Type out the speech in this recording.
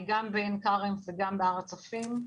גם בעין כרם וגם בהר הצופים,